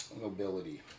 Mobility